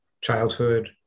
childhood